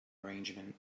arrangement